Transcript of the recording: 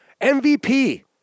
MVP